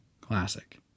Classic